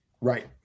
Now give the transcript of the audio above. Right